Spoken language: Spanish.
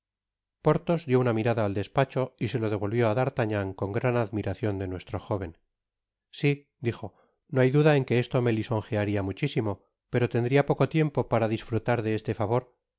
porthos dió una mirada al despacho y se lo devolvió á d'artagnan con gran admiracion de nuestro jóven si dijo no hay duda en que esto me lisonjearía muchísimo pero tendría poco tiempo para disfrutar de este favor